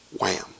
wham